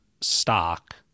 stock